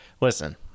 Listen